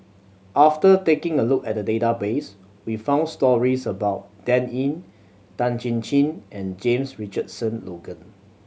after taking a look at the database we found stories about Dan Ying Tan Chin Chin and James Richardson Logan